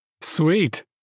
Sweet